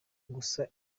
gusa